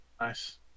Nice